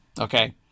okay